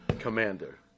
Commander